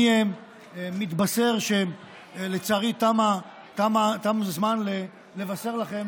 אני מתבשר שלצערי תם הזמן לבשר לכם,